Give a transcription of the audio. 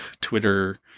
Twitter